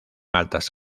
altas